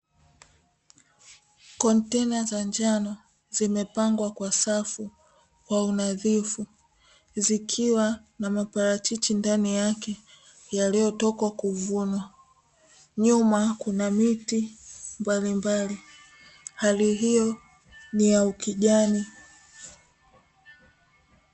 Kontena za njano zimepangwa kwa safu kwa unadhifu zikiwa na maparachichi ndani yake yaliyotoka kuvunwa, nyuma kuna miti mbalimbali, hali hiyo ni ya ukijani.